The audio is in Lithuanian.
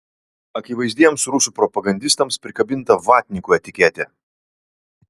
akivaizdiems rusų propagandistams prikabinta vatnikų etiketė